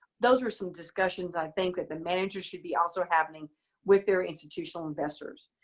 those are some discussions i think that the managers should be also having with their institutional investors.